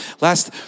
Last